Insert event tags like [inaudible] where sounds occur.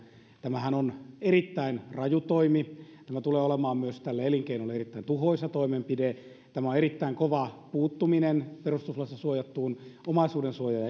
tämähän on erittäin raju toimi tämä tulee olemaan myös tälle elinkeinolle erittäin tuhoisa toimenpide tämä on erittäin kova puuttuminen perustuslaissa suojattuun omaisuudensuojaan [unintelligible]